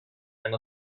and